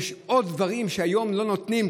יש עוד דברים שהיום לא נותנים,